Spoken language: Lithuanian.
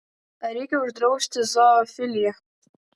ar reikia uždrausti zoofiliją